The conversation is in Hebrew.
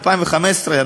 ב-2015,